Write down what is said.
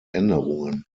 änderungen